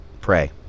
Pray